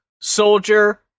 Soldier